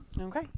Okay